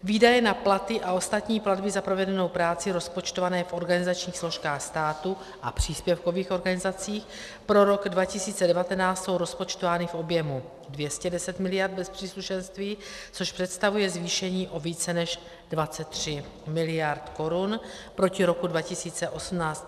Výdaje na platy a ostatní platby za provedenou práci rozpočtované v organizačních složkách státu a příspěvkových organizacích pro rok 2019 jsou rozpočtovány v objemu 210 mld. bez příslušenství, což představuje zvýšení o více než 23 mld. Kč proti roku 2018.